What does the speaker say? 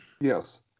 Yes